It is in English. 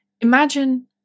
imagine